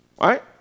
Right